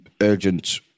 urgent